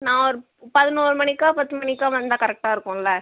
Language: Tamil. நான் ஒரு பதினோறு மணிக்கோ பத்து மணிக்கோ வந்தால் கரெக்டாருக்கும்ல